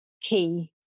key